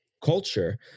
culture